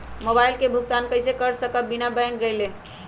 Mobile के भुगतान कईसे कर सकब बिना बैंक गईले?